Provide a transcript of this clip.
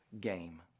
game